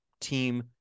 team